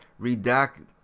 redact